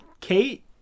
Kate